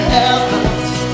heavens